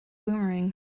boomerang